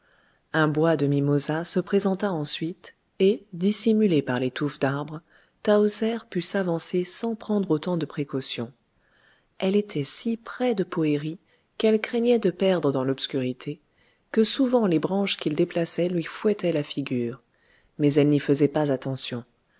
un bois de mimosas se présenta ensuite et dissimulée par les touffes d'arbres tahoser put s'avancer sans prendre autant de précautions elle était si près de poëri qu'elle craignait de perdre dans l'obscurité que souvent les branches qu'il déplaçait lui fouettaient la figure mais elle n'y faisait pas attention